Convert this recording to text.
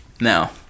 Now